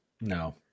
No